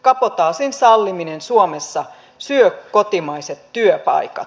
kabotaasin salliminen suomessa syö kotimaiset työpaikat